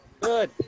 good